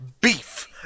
beef